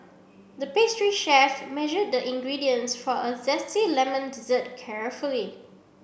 the pastry chef measured the ingredients for a zesty lemon dessert carefully